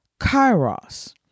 kairos